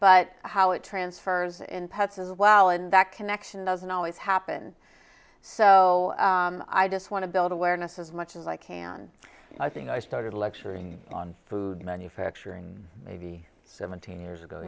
but how it transfers in pets as well and that connection doesn't always happen so i just want to build awareness as much as i can i think i started lecturing on food manufacturing maybe seventeen years ago